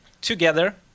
together